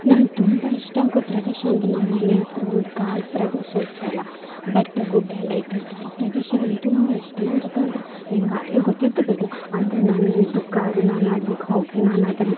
ನಂಗೆ ತುಂಬ ಇಷ್ಟ ಆಗೊ ಪ್ರದೇಶ ಅಂದರೆ ನಮ್ಮ ಮನೆ ಹತ್ರ ಒಂದು ಕಾಡು ಪ್ರದೇಶ ಇತ್ತಲ್ಲ ಬೆಟ್ಟ ಗುಡ್ಡ ಎಲ್ಲ ಇದ್ದದ್ದು ಆ ಪ್ರದೇಶ ನಂಗೆ ತುಂಬ ಇಷ್ಟ ಎಂತಕಂದ್ರೆ ನಿಂಗೆ ಆಗಲೇ ಗೊತ್ತಿತ್ತು ಬಿಡು ಅದು ನಾನು ದುಃಖ ಆದ್ರು ನಾನು ಅಲ್ಲಿಗೆ ಹೋಗಿ ನಾನದನ್ನು